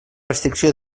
restricció